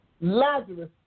Lazarus